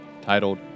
titled